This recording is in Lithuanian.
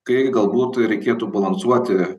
kai galbūt reikėtų balansuoti